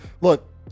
look